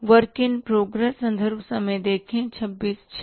work in progress treatment in progress